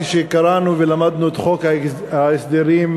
כשקראנו ולמדנו את חוק ההסדרים,